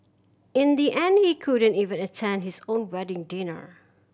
in the end he couldn't even attend his own wedding dinner